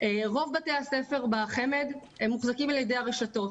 רוב בתי הספר בחמ"ד מוחזקים על ידי הרשתות